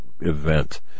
event